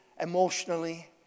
emotionally